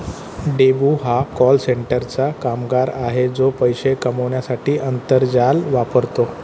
debut हा call सेंटरचा कामगार आहे जो पैसे कमवण्यासाठी आंतर्जाल वापरतो